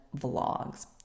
vlogs